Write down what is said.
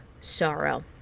sorrow